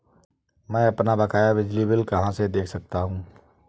मैं अपना बकाया बिजली का बिल कहाँ से देख सकता हूँ?